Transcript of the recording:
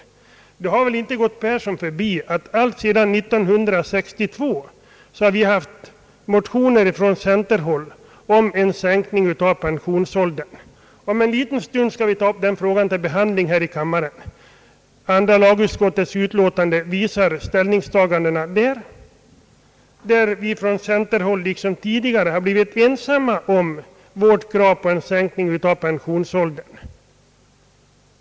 Herr Persson kan knappast ha undgått att märka att vi alltsedan 1962 från centerhåll haft motioner om en sänkning av pensionsåldern. Kammaren skall om en liten stund behandla den frågan, och andra lagutskottets utlåtande i ärendet visar ställningstagandet — liksom tidigare har vi från centerhåll blivit ensamma om vårt krav på sänkt pensionsålder.